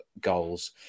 goals